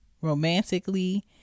romantically